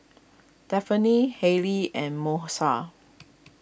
Daphne Harley and Moesha